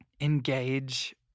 engage